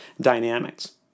dynamics